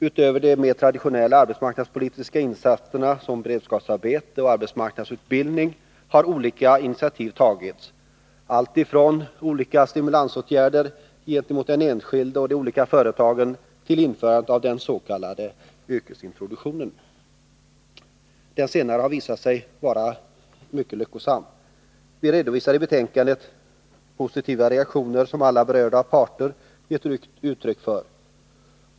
Utöver de mer traditionella arbetsmarknadspolitiska insatserna som beredskapsarbete och arbetsmarknadsutbildning har olika initiativ tagits, alltifrån olika stimulansåtgärder med avseende på den enskilde och de olika företagen till införandet av den s.k. yrkesintroduktionen. Den senare har visat sig vara mycket lyckosam. Vi redovisar i betänkandet positiva reaktioner som alla berörda parter gett uttryck för.